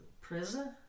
prison